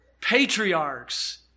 patriarchs